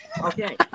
Okay